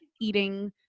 eating